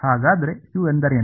ಹಾಗಾದರೆ u ಎಂದರೇನು